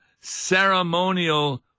ceremonial